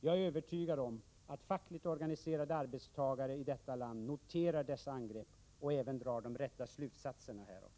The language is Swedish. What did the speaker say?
Jag är övertygad om att fackligt organiserade arbetstagare i detta land noterar dessa angrepp och även drar de rätta slutsatserna härav.